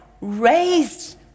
raised